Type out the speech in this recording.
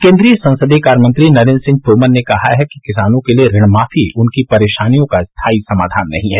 केन्द्रीय संसदीय कार्य मंत्री नरेंद्र सिंह तोमर ने कहा है कि किसानों के लिये ऋणमाफी उनकी परेशानियां का स्थायी समाधान नहीं है